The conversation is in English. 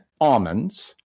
almonds